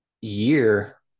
year